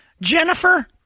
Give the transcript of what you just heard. Jennifer